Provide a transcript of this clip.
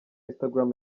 instagram